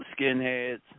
skinheads